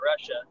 Russia